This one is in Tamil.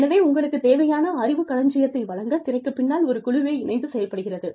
எனவே உங்களுக்குத் தேவையான அறிவு களஞ்சியத்தை வழங்கத் திரைக்குப் பின்னால் ஒரு குழுவே இணைந்து செயல்படுகிறது